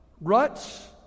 ruts